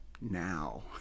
now